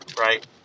Right